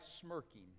smirking